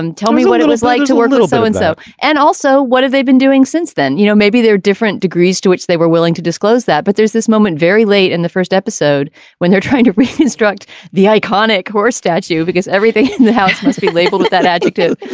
and tell me what it was like to wear a little so-and-so and so. and also what have they been doing since then. you know maybe there are different degrees to which they were willing to disclose that. but there's this moment very late in the first episode when they're trying to reconstruct the iconic horse statue because everything in the house must be labeled with that adjective.